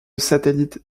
satellite